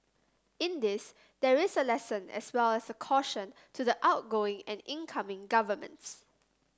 in this there is a lesson as well as a caution to the outgoing and incoming governments